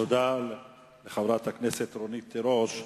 תודה לחברת הכנסת רונית תירוש.